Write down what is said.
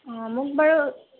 অ' মোক বাৰু